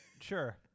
Sure